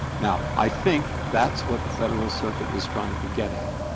now, i think that's what the federal circuit is trying to get at.